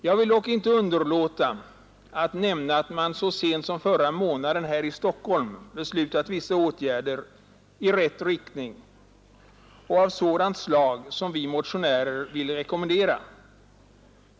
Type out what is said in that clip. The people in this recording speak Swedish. Jag vill dock inte underlåta att nämna att man så sent som förra månaden här i Stockholm beslutat vissa åtgärder i rätt riktning och av sådant slag som vi motionärer vill rekommendera.